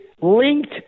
linked